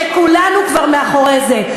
שכולנו כבר אחרי זה.